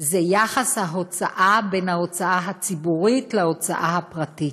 זה יחס ההוצאה בין ההוצאה הציבורית להוצאה הפרטית.